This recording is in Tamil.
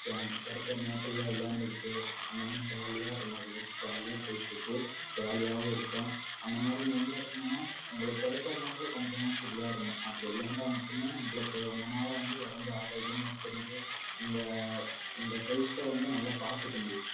இப்போ எனக்கு கிடைக்கிற நேரத்தில் விளையாண்டுக்கிட்டு அந்த மாதிரி ஜாலியாக என்னோடய லைஃப் ஜாலியாக போயிட்டு இருக்குது ஜாலியாகவும் இருக்கேன் அந்த மாதிரி நீங்களும் இருக்கணுன்னா உங்களுக்கு கிடைக்கிற நேரத்தில் கொஞ்சமாச்சும் விளையாடனும் அப்படி விளையாண்டால் மட்டும் உங்களுக்கு உங்களால வந்து உடம்ப ஆரோக்கியமாக வச்சிருந்து உங்கள் உங்கள் ஹெல்த்தை வந்து நல்லா பார்த்துக்க முடியும்